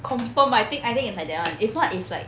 confirm I think I think is like that [one] if not it's like